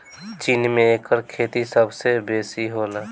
चीन में एकर खेती सबसे बेसी होला